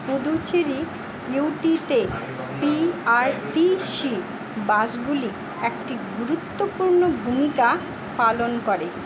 পুদুচেরি ইউটিতে পিআরটিসি বাসগুলি একটি গুরুত্বপূর্ণ ভূমিকা পালন করে